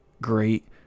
great